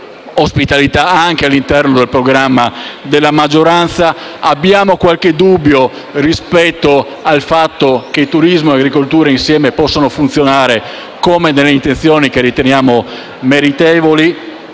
ospitalità anche all'interno del programma della maggioranza. Abbiamo qualche dubbio rispetto al fatto che turismo e agricoltura insieme possano funzionare come nelle intenzioni che riteniamo meritevoli.